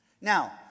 Now